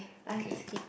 okay